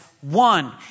one